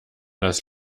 das